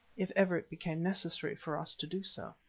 if ever it became necessary for us to do so.